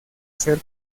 ser